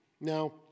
Now